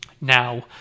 Now